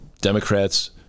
Democrats